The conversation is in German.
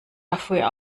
dafür